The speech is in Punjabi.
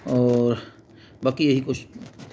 ਔਰ ਬਾਕੀ ਇਹੀ ਕੁਛ